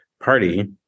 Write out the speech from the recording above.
party